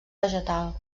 vegetal